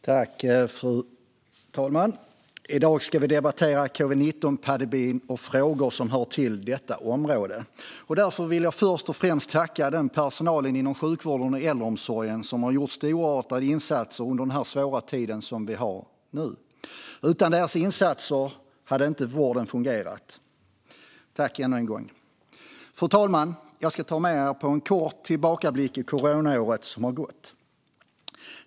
Fru talman! I dag ska vi debattera covid-19-pandemin och frågor som hör till detta område. Därför vill jag först och främst tacka den personal inom sjukvården och äldreomsorgen som har gjort storartade insatser under denna svåra tid. Utan deras insatser hade vården inte fungerat. Tack ännu en gång! Fru talman! Jag ska ta med er på en kort tillbakablick över det coronaår som har gått.